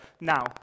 Now